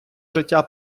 життя